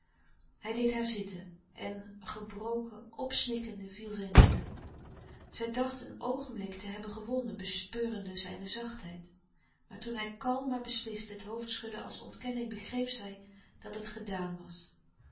hij deed haar zitten en gebroken opsnikkende viel zij neêr zij dacht een oogenblik te hebben gewonnen bespeurende zijne zachtheid maar toen hij kalm maar beslist het hoofd schudde als ontkenning begreep zij dat het gedaan was